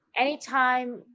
anytime